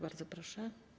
Bardzo proszę.